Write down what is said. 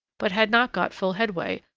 but had not got full headway,